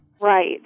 Right